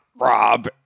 Rob